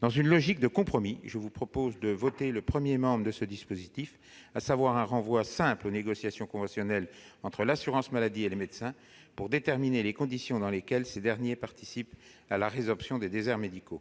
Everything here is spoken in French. Dans une logique de compromis, mes chers collègues, je vous propose de voter le premier membre de ce dispositif, à savoir un renvoi simple aux négociations conventionnelles entre l'assurance maladie et les médecins pour déterminer les conditions dans lesquelles ces derniers participent à la résorption des déserts médicaux.